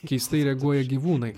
keistai reaguoja gyvūnai